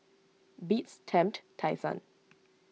Beats Tempt Tai Sun